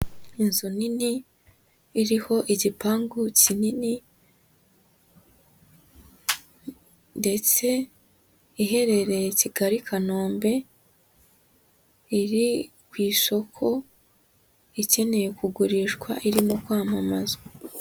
Inzu nini iriho igipangu kinini ndetse iherereye Kigali Kanombe, iri ku isoko ikeneye kugurishwa irimo kwamamazwa.